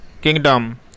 kingdom